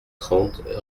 trente